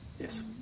Yes